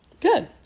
Good